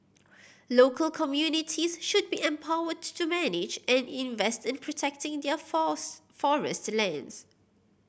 local communities should be empowered to manage and invest in protecting their forest lands